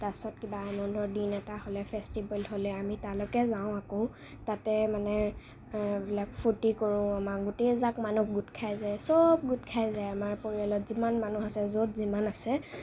তাৰপিছত কিবা আনন্দৰ দিন এটা হ'লে ফেষ্টিভেল হ'লে আমি তালৈকে যাওঁ আকৌ তাতে মানে এইবিলাক ফূৰ্তি কৰোঁ আমাৰ গোটেইজাক মানুহ গোট খাই যায় চব গোট খাই যায় আমাৰ পৰিয়ালত যিমান মানুহ আছে য'ত যিমান আছে